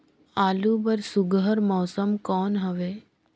आलू बर सुघ्घर मौसम कौन हवे?